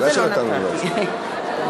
ודאי שנתנו לו להצביע.